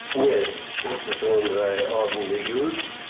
yes, this is the one that i ordinarily use.